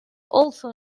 also